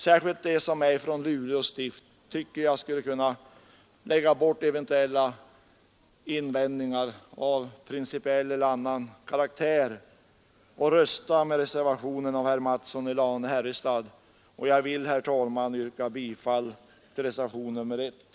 Särskilt de som är från Luleå stift borde kunna lägga bort eventuella invändningar av principiell eller annan karaktär och rösta med reservationen av herr Mattson i Lane-Herrestad. Jag vill, herr talman, yrka bifall till reservationen 1.